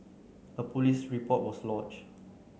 a police report was lodge